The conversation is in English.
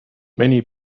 many